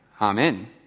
Amen